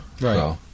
right